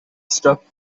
stuff